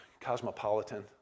cosmopolitan